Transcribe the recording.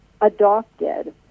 adopted